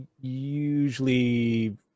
usually